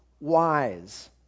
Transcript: wise